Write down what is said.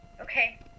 Okay